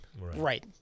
Right